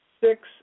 six